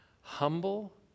Humble